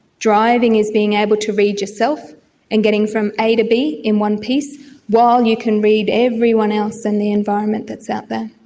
driving is being able to read yourself and getting from a to b in one piece while you can read everyone else in the environment that's out there.